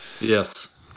Yes